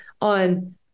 on